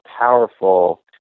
powerful